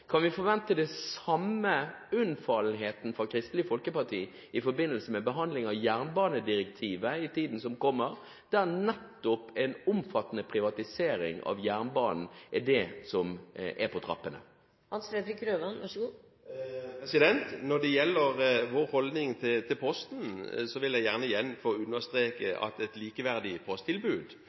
Kan vi forvente den samme unnfallenheten fra Kristelig Folkeparti i forbindelse med behandlingen av jernbanedirektivet i tiden som kommer, der det er en omfattende privatisering av jernbanen som er på trappene? Når det gjelder vår holdning til Posten, vil jeg gjerne igjen få understreke at et likeverdig posttilbud